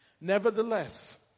Nevertheless